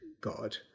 God